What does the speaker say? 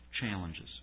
challenges